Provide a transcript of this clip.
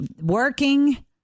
working